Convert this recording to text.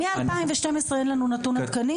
מ-2012 אין לנו נתון עדכני?